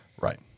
Right